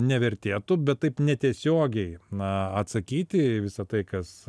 nevertėtų bet taip netiesiogiai na atsakyti į visą tai kas